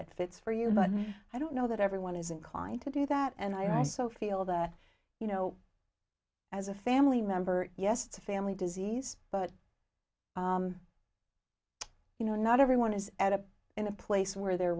that fits for you but i don't know that everyone is inclined to do that and i so feel that you know as a family member yes it's a family disease but you know not everyone is at a in a place where they're